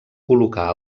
col·locar